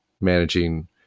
managing